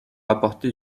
apporter